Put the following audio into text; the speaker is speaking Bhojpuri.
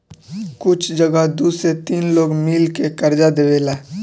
कुछ जगह दू से तीन लोग मिल के कर्जा देवेला